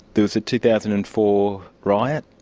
there was a two thousand and four riot,